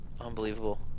Unbelievable